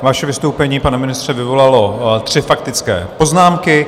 Vaše vystoupení, pane ministře, vyvolalo tři faktické poznámky.